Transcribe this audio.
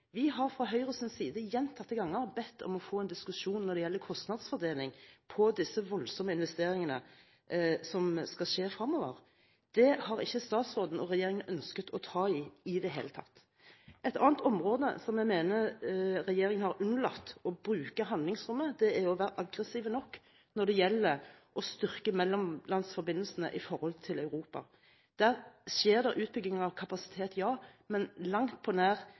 Vi har fra Høyres side gjentatte ganger bedt om å få en diskusjon når det gjelder kostnadsfordeling på disse voldsomme investeringene som skal skje fremover, men dette har ikke statsråden og regjeringen ønsket å ta i i det hele tatt. Et annet område hvor jeg mener regjeringen har unnlatt å bruke handlingsrommet – være aggressive nok – er når det gjelder styrking av våre mellomlandsforbindelser til Europa. Der skjer det utbygginger av kapasitet, ja, men på langt nær